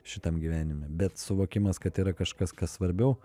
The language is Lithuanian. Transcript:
šitam gyvenime bet suvokimas kad yra kažkas kas svarbiau